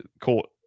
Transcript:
caught